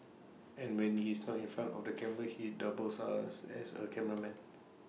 and when he's not in front of the camera he doubles us as A cameraman